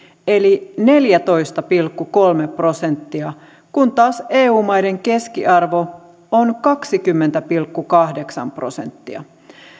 eli neljätoista pilkku kolme prosenttia kun taas eu maiden keskiarvo on kaksikymmentä pilkku kahdeksan prosenttia